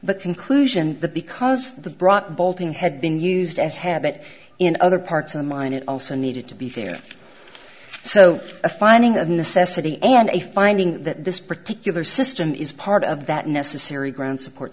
but conclusion because the brought bolting had been used as habit in other parts of the mind it also needed to be there so a finding of necessity and a finding that this particular system is part of that necessary ground support